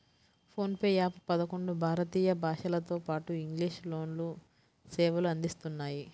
phone pay app పదకొండు భారతీయ భాషలతోపాటు ఇంగ్లీష్ లోనూ సేవలు అందిస్తున్నాయి